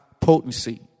potency